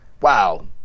wow